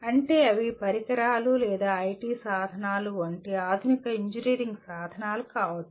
అంటే అవి పరికరాలు లేదా ఐటి సాధనాలు వంటి ఆధునిక ఇంజనీరింగ్ సాధనాలు కావచ్చు